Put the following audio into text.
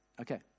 Okay